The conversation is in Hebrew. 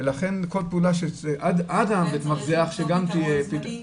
לכן צריך פעולה "עד בית המרזח", משהו זמני.